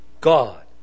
God